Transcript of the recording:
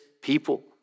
people